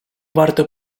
варто